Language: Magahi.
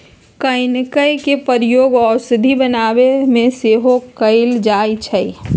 कनइल के प्रयोग औषधि बनाबे में सेहो कएल जाइ छइ